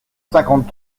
cinquante